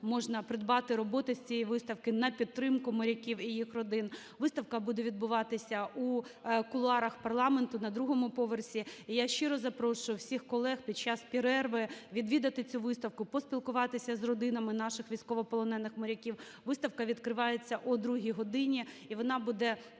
можна придбати роботи з цієї виставки на підтримку моряків і їх родин. Виставка буде відбуватися у кулуарах парламенту на другому поверсі. І я щиро запрошую всіх колег під час перерви відвідати цю виставку, поспілкуватися з родинами наших військовополонених моряків. Виставка відкривається о другій годині і вона буде